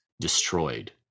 destroyed